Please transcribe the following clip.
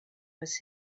was